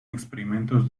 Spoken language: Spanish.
experimentos